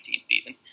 season